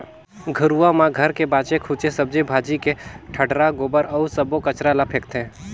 घुरूवा म घर के बाचे खुचे सब्जी भाजी के डठरा, गोबर अउ सब्बो कचरा ल फेकथें